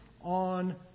on